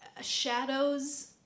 shadows